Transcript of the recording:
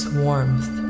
warmth